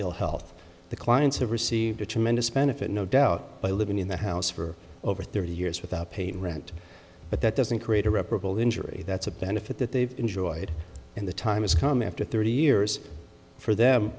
ill health the clients have received a tremendous benefit no doubt by living in the house for over thirty years without paying rent but that doesn't create a reparable injury that's a benefit that they've enjoyed and the time has come after thirty years for them